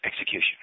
execution